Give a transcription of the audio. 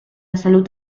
salut